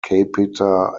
capita